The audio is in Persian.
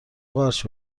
قارچ